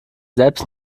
selbst